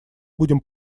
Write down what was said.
будем